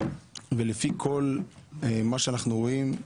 ולפי כל מה שאנחנו רואים,